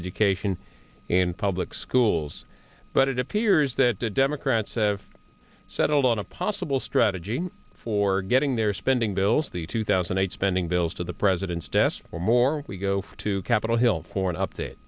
education in public schools but it appears that the democrats have settled on a possible strategy for getting their spending bills the two thousand and eight spending bills to the president's desk for more we go to capitol hill for an update